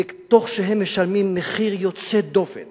תוך שהם משלמים מחיר יוצא דופן